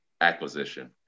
acquisition